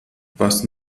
was